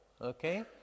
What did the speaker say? Okay